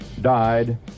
died